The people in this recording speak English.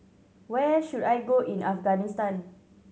where should I go in Afghanistan